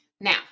Now